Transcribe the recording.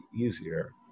easier